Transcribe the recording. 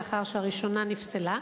לאחר שהראשונה נפסלה,